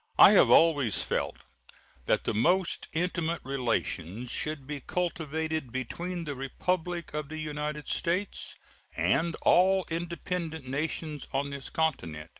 i have always felt that the most intimate relations should be cultivated between the republic of the united states and all independent nations on this continent